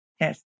Yes